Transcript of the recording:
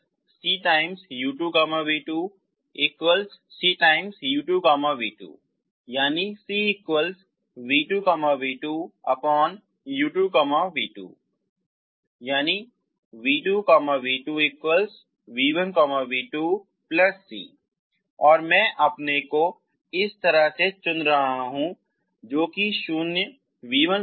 v2v1cu2 ⇒ v2v2 v1v2cu2v2cu2v2 ⇒ cv2v2u2v2 v2v2v1v2c और मैं अपने c को इस तरह से चुन रहा हूं जो की शून्य v1v2 है